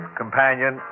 companion